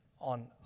on